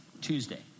Tuesday